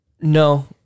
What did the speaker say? No